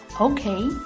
Okay